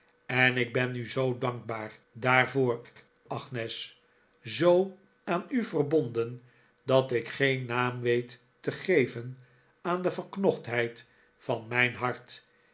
en ik ben u zoo dankbaar daarvoor agnes zoo aan u verbonden dat ik geen naam weet te geven aan de verknochtheid van mijn hart